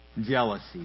jealousy